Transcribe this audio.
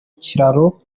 kiraro